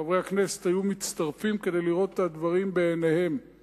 ביום חמישי הקרוב תערוך ועדת המשנה של